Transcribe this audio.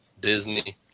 Disney